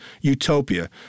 Utopia